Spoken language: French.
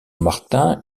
martin